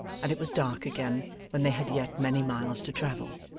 and it was dark again when they had yet many miles to travel.